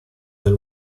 del